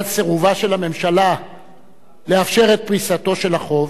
סירובה של הממשלה לאפשר את פריסתו של החוב,